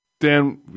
Dan